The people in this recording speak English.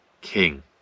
king